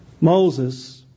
Moses